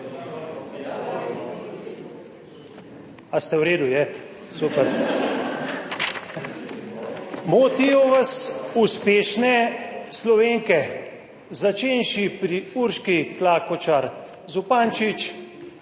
/ smeh v dvorani/ Super. Motijo vas uspešne Slovenke, začenši pri Urški Klakočar Zupančič,